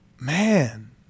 man